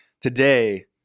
Today